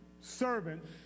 servants